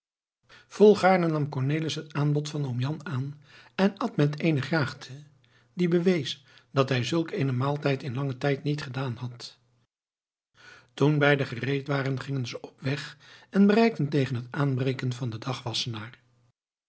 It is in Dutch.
volgaarne nam cornelis het aanbod van oom jan aan en at met eene graagte die bewees dat hij zulk eenen maaltijd in langen tijd niet gedaan had toen beiden gereed waren gingen ze op weg en bereikten tegen het aanbreken van den dag wassenaar